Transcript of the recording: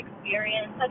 experience